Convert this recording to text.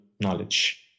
knowledge